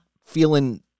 feeling